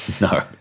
No